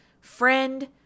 Friend